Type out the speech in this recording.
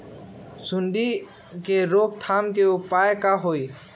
सूंडी के रोक थाम के उपाय का होई?